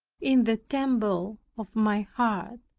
in the temple of my heart,